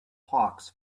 hawks